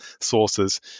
sources